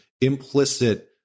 implicit